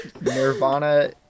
Nirvana